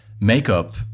makeup